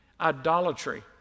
idolatry